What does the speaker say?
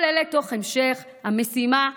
כל אלה, תוך המשך המשימה החשובה,